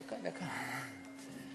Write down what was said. דקה, אדוני.